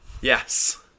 Yes